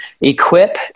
equip